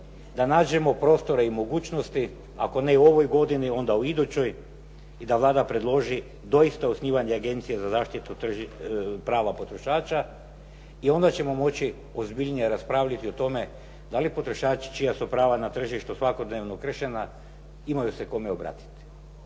da nađemo prostore i mogućnosti ako ne i u ovoj godini onda u idućoj i da Vlada predloži doista osnivanje Agencije za zaštitu prava potrošača i onda ćemo moći ozbiljnije raspravljati o tome da li potrošači čija su prava na tržištu svakodnevno kršena imaju se kome obratiti.